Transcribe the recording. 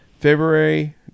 February